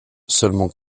seulement